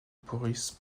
boris